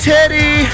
Teddy